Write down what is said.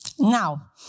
Now